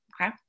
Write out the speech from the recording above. Okay